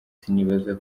sinibaza